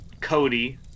Cody